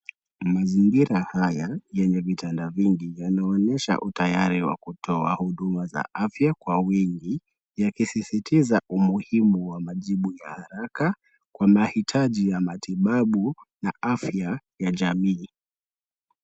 Mazingira haya yenye vitanda vingi yanaonyesha utayari wa kutoa huduma za afya kwa wingi, ya kisisitiza umuhimu wa majibu ya haraka, kwa mahitaji ya matibabu na afya ya jamii.